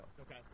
Okay